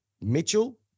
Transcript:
Mitchell